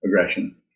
aggression